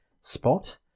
spot